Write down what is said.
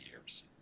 years